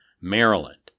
Maryland